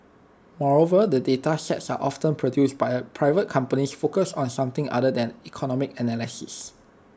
moreover the data sets are often produced by A private companies focused on something other than economic analysis